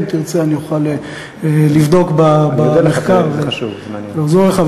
אם תרצה, אני אוכל לבדוק במחקר, אני מודה לך.